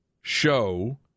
show